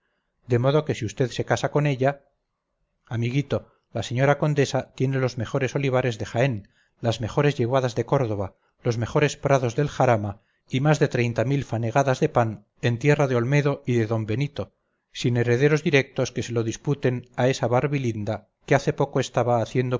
de modo que si vd se casa con ella amiguito la señora condesa tiene los mejores olivares de jaén las mejores yeguadas de córdoba los mejores prados del jarama y más de treinta mil fanegadas de pan en tierra de olmedo y de d benito sin herederos directos que se lo disputen a esa barbilinda que hace poco estaba haciendo